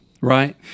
right